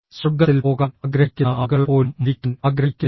സ്വർഗ്ഗത്തിൽ പോകാൻ ആഗ്രഹിക്കുന്ന ആളുകൾ പോലും മരിക്കാൻ ആഗ്രഹിക്കുന്നില്ല